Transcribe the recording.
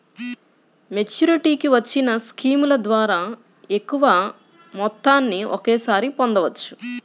మెచ్యూరిటీకి వచ్చిన స్కీముల ద్వారా ఎక్కువ మొత్తాన్ని ఒకేసారి పొందవచ్చు